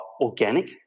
organic